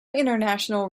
international